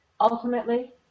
Ultimately